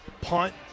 punt